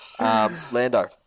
Lando